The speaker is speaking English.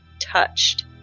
touched